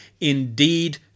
indeed